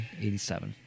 1987